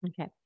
Okay